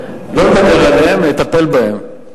לא נדבר עליהם, נטפל בהם.